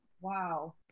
wow